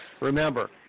Remember